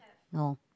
no